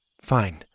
Fine